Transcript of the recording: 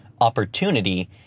opportunity